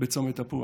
בצומת תפוח.